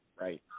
right